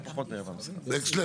וקסלר,